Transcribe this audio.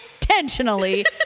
Intentionally